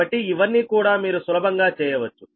కాబట్టి ఇవన్నీ కూడా మీరు సులభంగా చేయవచ్చు